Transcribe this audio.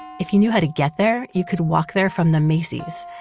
if you knew how to get there, you could walk there from the macys.